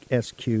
SQ